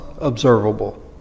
observable